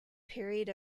period